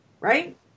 right